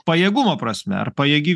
pajėgumo prasme ar pajėgi